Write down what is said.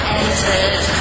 entered